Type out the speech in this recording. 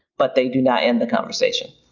but they do not end the conversation.